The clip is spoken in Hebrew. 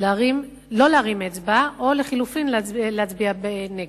לא להרים אצבע או לחלופין להצביע נגד.